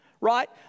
Right